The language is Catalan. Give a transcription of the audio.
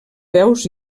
peus